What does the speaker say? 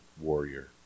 warrior